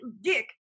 Dick